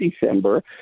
December